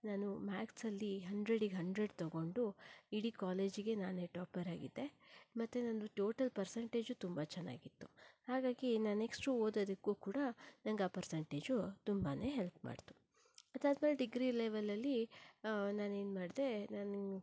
ನಾನು ಮ್ಯಾಥ್ಸ್ಲ್ಲಿ ಹಂಡ್ರೆಡಿಗೆ ಹಂಡ್ರೆಡ್ ತಗೊಂಡು ಇಡೀ ಕಾಲೇಜಿಗೆ ನಾನೇ ಟಾಪರಾಗಿದ್ದೆ ಮತ್ತೆ ನಂದು ಟೋಟಲ್ ಪರ್ಸೆಂಟೇಜು ತುಂಬ ಚೆನ್ನಾಗಿತ್ತು ಹಾಗಾಗಿ ನಾನ್ ನೆಕ್ಸ್ಟ್ ಓದೋದಕ್ಕೂ ಕೂಡ ನಂಗೆ ಆ ಪರ್ಸೆಂಟೇಜು ತುಂಬನೇ ಹೆಲ್ಪ್ ಮಾಡ್ತು ಅದಾದ್ಮೇಲೆ ಡಿಗ್ರಿ ಲೆವೆಲಲ್ಲಿ ನಾನೇನು ಮಾಡ್ದೆ ನಾನು